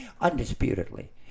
undisputedly